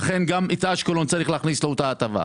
לכן, גם לאשקלון צריך לתת את ההטבה.